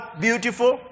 beautiful